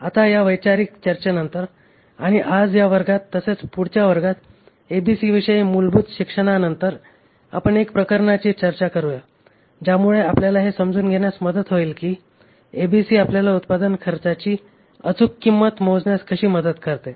आता या वैचारिक चर्चेनंतर आणि आज या वर्गात तसेच पुढच्या वर्गात एबीसी विषयी मूलभूत शिक्षणा नंतर आपण 1 प्रकरणाची चर्चा करूया ज्यामुळे आपल्याला हे समजून घेण्यास मदत होईल की एबीसी आपल्याला उत्पादन खर्चाची अचूक किंमत मोजण्यास कशी मदत करते